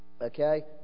Okay